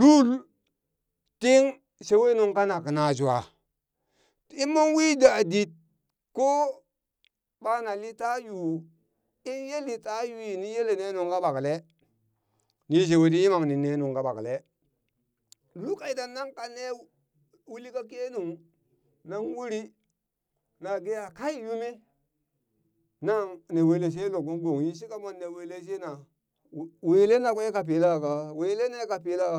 lul tin shewe nung kanak na jwa inmon wii dadit ko ɓana litayu inye litayui nin yele ne nuŋ ɓakle, ni shewe ti yimamni ne nungka ɓakle lul ka idan nan kanne uli ka kenung, nan uri na ge a kai yumi nan ne wele she luk kung go, yinshika monne wele she na, wele na kwe ka pela ka? welene ka pela